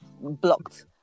blocked